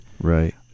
Right